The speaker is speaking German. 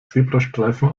zebrastreifen